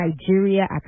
Nigeria